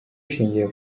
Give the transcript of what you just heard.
ishingiye